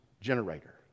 generator